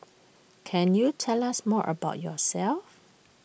can you tell us more about yourself